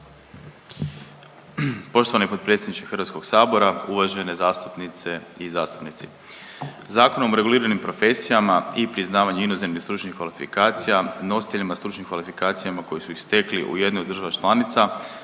Poštovani potpredsjedniče Hrvatskog sabora, uvažene zastupnice i zastupnici. Zakonom o reguliranim profesijama i priznavanju inozemnih stručnih kvalifikacija nositeljima stručnih kvalifikacija koji su ih stekli u jednoj od država članica